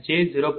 00406 j0